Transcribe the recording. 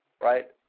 right